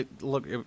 Look